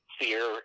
fear